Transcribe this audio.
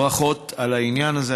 ברכות על העניין הזה.